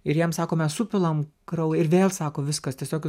ir jiems sako mes supilam kraują ir vėl sako viskas tiesiog